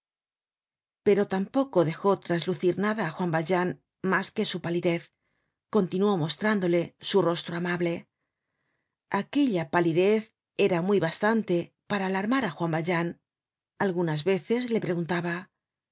pero tampoco dejó traslucir nada á juan valjean mas que sii palidez continuó mostrándole su rostro amable aquella palidez era muy bastante para alarmar á juan valjean algunas veces le preguntaba